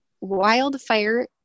Wildfire